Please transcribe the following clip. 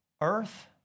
earth